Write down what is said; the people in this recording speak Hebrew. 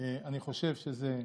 אני חושב שזה,